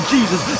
Jesus